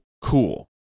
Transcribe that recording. cool